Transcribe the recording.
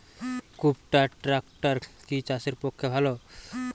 কুবটার ট্রাকটার কি চাষের পক্ষে ভালো?